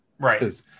Right